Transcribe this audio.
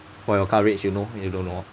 for your coverage you know you don't know